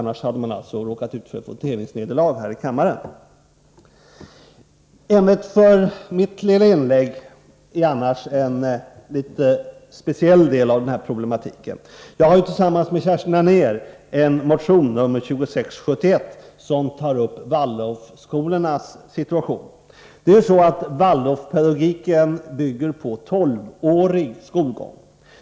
Annars hade man som sagt råkat ut för ett voteringsnederlag här i kammaren. Mitt inlägg i övrigt gäller en litet speciell del av den här problematiken. Jag har tillsammans med Kerstin Anér väckt en motion, 2671, som tar upp Waldorfskolornas situation. Waldorfpedagogiken bygger på en tolvårig skolgång.